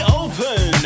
open